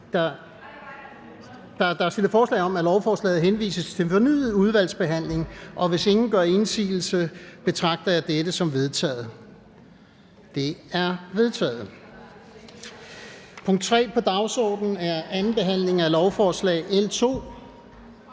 Der er stillet forslag om, at lovforslaget henvises til fornyet udvalgsbehandling, og hvis ingen gør indsigelse, betragter jeg dette som vedtaget. Det er vedtaget. --- Det næste punkt på dagsordenen er: 3) 2. behandling af lovforslag nr.